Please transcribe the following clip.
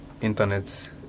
Internet